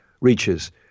reaches